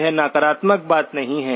यह नकारात्मक बात नहीं है